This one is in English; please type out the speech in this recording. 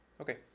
Okay